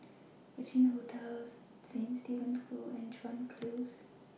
Regin Hotel Saint Stephen's School and Chuan Close